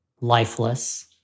lifeless